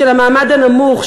של המעמד הנמוך,